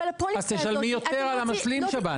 אז תשלמי יותר על המשלים שב"ן.